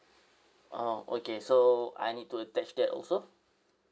oh okay so I need to attach that also